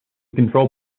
control